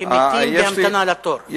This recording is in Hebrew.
שמתים בהמתנה לתור.